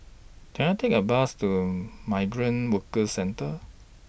Can I Take A Bus to Migrant Workers Centre